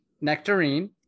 nectarine